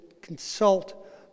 consult